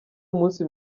umunsi